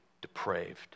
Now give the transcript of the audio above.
depraved